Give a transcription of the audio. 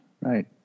Right